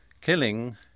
Killing